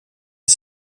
est